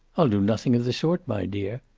i'll do nothing of the sort, my dear.